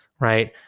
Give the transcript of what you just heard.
right